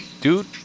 Dude